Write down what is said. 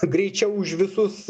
greičiau už visus